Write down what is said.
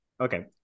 Okay